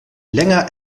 länger